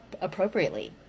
appropriately